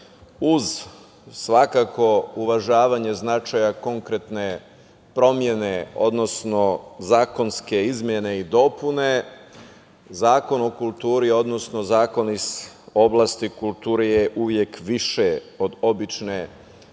uz svakako uvažavanje značaja konkretne promene, odnosno zakonske izmene i dopune, Zakon o kulturi, odnosno zakona iz oblasti kulture, uvek je više od obične